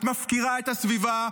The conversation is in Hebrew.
את מפקירה את הסביבה.